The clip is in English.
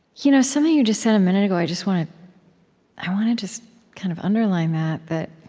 you know something you just said a minute ago, i just want to i want to just kind of underline that that